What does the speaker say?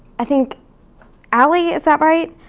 i think allie, is that right?